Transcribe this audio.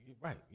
right